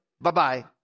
bye-bye